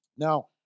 Now